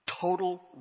total